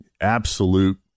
Absolute